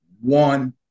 one